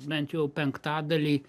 bent jau penktadalį